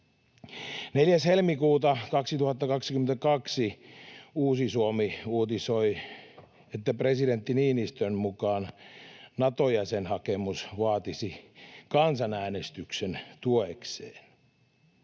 4. helmikuuta 2022 Uusi Suomi uutisoi, että presidentti Niinistön mukaan Nato-jäsenhakemus vaatisi kansanäänestyksen tuekseen.